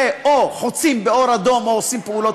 זה או חוצים באור אדום או עושים פעולות,